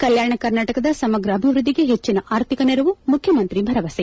ಕಲ್ಕಾಣ ಕರ್ನಾಟಕದ ಸಮಗ್ರ ಅಭಿವೃದ್ಧಿಗೆ ಹೆಚ್ಚಿನ ಅರ್ಥಿಕ ನೆರವು ಮುಖ್ಯಮಂತ್ರಿ ಭರವಸೆ